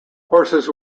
horses